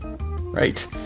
Right